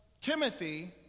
Timothy